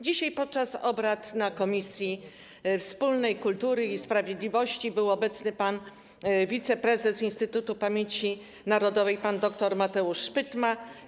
Dzisiaj podczas obrad w komisji wspólnej: kultury i sprawiedliwości był obecny pan wiceprezes Instytutu Pamięci Narodowej dr Mateusz Szpytma.